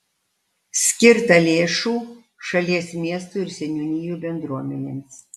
skirta lėšų šalies miestų ir seniūnijų bendruomenėms